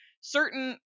certain